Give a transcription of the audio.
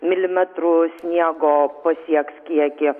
milimetrų sniego pasieks kiekį